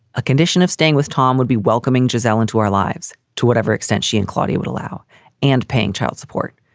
a condition of staying with tom would be welcoming gia's allen to our lives to whatever extent she and claudie would allow and paying child support.